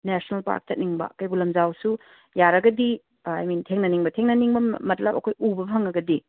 national park ꯆꯠꯅꯤꯡꯕ ꯀꯩꯕꯨꯜ ꯂꯝꯖꯥꯎꯁꯨ ꯌꯥꯔꯒꯗꯤ ꯑꯥꯏ ꯃꯤꯟ ꯊꯦꯡꯅꯅꯤꯡꯕ ꯊꯦꯡꯅꯅꯤꯡꯕ ꯃꯠꯂꯕ ꯑꯩꯈꯣꯏ ꯎꯕ ꯐꯪꯂꯒꯗꯤ